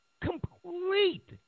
Complete